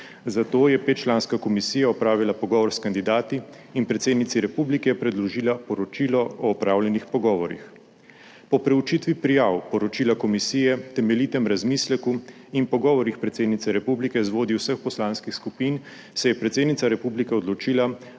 zato je petčlanska komisija opravila pogovor s kandidati in predsednici Republike predložila poročilo o opravljenih pogovorih. Po preučitvi prijav poročila komisije, temeljitem razmisleku in pogovorih predsednice republike z vodji vseh poslanskih skupin se je predsednica republike odločila,